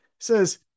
Says